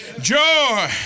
joy